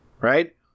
right